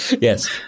Yes